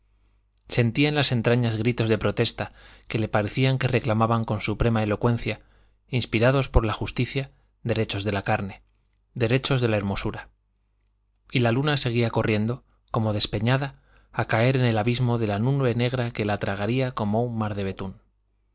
en las entrañas gritos de protesta que le parecía que reclamaban con suprema elocuencia inspirados por la justicia derechos de la carne derechos de la hermosura y la luna seguía corriendo como despeñada a caer en el abismo de la nube negra que la tragaría como un mar de betún